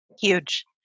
Huge